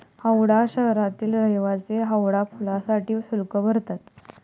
हावडा शहरातील रहिवासी हावडा पुलासाठी शुल्क भरतात